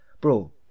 Bro